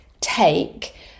take